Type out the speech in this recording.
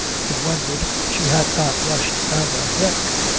he wondered she had not rushed out on deck.